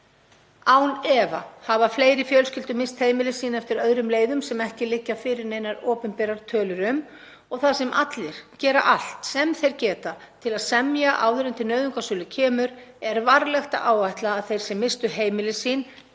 Án efa hafa fleiri fjölskyldur misst heimili sín eftir öðrum leiðum sem ekki liggja fyrir neinar opinberar tölur um. Þar sem allir gera allt sem þeir geta til að semja áður en til nauðungarsölu kemur er varlegt að áætla að þeir sem misstu heimili sín